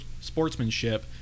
sportsmanship